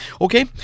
Okay